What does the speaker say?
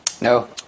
No